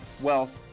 wealth